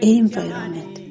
environment